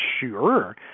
Sure